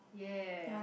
ya